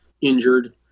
injured